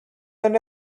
δεν